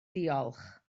diolch